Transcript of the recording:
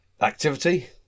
activity